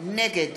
נגד